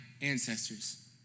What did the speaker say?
ancestors